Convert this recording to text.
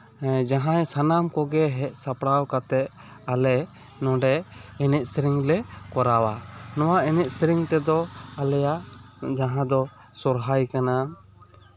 ᱡᱟᱦᱟᱸᱭ ᱥᱟᱱᱟᱢ ᱠᱚᱜᱮ ᱦᱮᱡ ᱥᱟᱯᱲᱟᱣ ᱠᱟᱛᱮᱜ ᱟᱞᱮ ᱱᱚᱰᱮ ᱮᱱᱮᱡ ᱥᱮᱨᱮᱧ ᱞᱮ ᱠᱚᱨᱟᱣᱟ ᱱᱚᱣᱟ ᱮᱱᱮᱡ ᱥᱮᱨᱮᱧ ᱛᱮᱫᱚ ᱟᱞᱮᱭᱟᱜ ᱡᱟᱦᱟᱸ ᱫᱚ ᱥᱚᱦᱨᱟᱭ ᱠᱟᱱᱟ